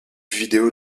vidéo